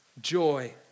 joy